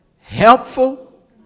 helpful